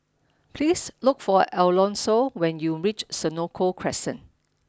please look for Alonso when you reach Senoko Crescent